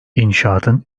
i̇nşaatın